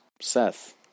Seth